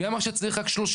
מי אמר שצריך רק 30?